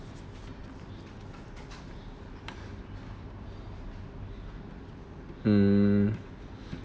mm